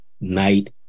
night